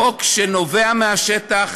חוק שנובע מהשטח,